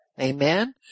Amen